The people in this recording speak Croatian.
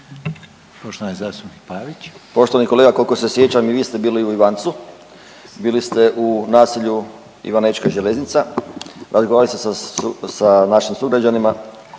Poštovani kolega koliko se sjećam i vi ste bili u Ivancu, bili ste u naselju Ivanečka Železnica, razgovarali ste sa našim sugrađanima